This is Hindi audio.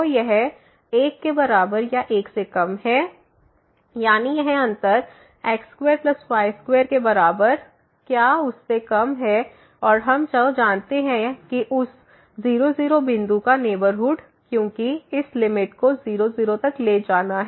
तो यह 1 के बराबर या 1 से कम है यानी यह अंतर x2y2 के बराबर क्या उससे कम है और हम जो जानते हैं उस 0 0 बिंदु का नेबरहुड क्योंकि इस लिमिट को 0 0 तक ले जाना है